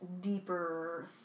deeper